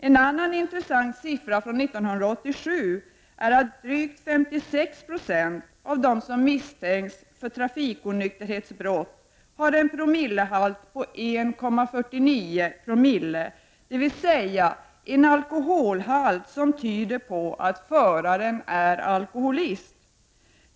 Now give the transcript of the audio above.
En annan intressant siffra från 1987 är att drygt 56 9o av dem som misstänktes för trafiknykterhetsbrott hade en promillehalt på 1,49, dvs. en alkoholhalt som tyder på att föraren är alkoholist.